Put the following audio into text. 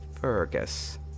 Fergus